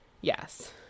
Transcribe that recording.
Yes